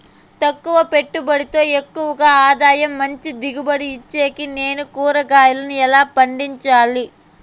తక్కువ పెట్టుబడితో ఎక్కువగా ఆదాయం మంచి దిగుబడి ఇచ్చేకి నేను కూరగాయలను ఎలా పండించాలి?